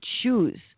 choose